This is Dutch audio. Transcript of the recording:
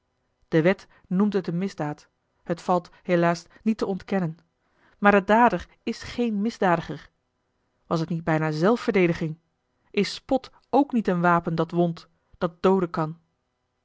de wet noemt het een misdaad het valt helaas niet te ontkennen maar de dader is geen misdadiger was het niet bijna zelfverdediging is spot ook niet een wapen dat wondt dat dooden kan